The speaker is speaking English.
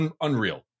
unreal